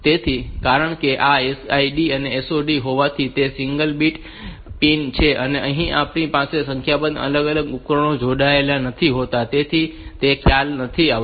તેથી કારણ કે આ SID અને SOD હોવાથી તે સિંગલ બીટ પિન છે અને અહીં આપણી પાસે સંખ્યાબંધ અલગ અલગ ઉપકરણો જોડાયેલા નથી હોતા તેથી તે ખ્યાલ ત્યાં નથી હોતો